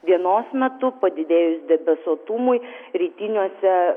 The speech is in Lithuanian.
dienos metu padidėjus debesuotumui rytiniuose